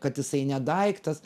kad jisai ne daiktas